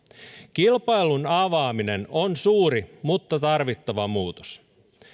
kilpailun avaaminen on suuri mutta tarvittava muutos